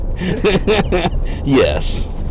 Yes